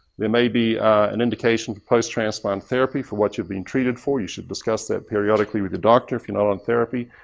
there may be an indication to post transplant therapy for what you're being treated for. you should discuss that periodically with the doctor if you're not on therapy.